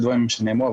שנאמרו,